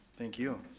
thank you.